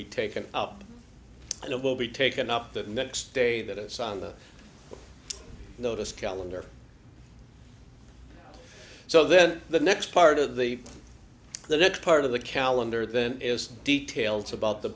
be taken up and it will be taken up the next day that is on the notice calender so then the next part of the the next part of the calendar then is details about the